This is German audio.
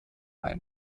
ein